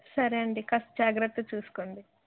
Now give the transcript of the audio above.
సరే అండి కాస్త జాగ్రత్తగా చూసుకోండి